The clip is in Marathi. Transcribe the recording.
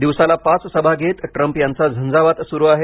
दिवसाला पाच सभा घेत ट्रंप यांचा झंझावात सुरु आहे